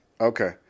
Okay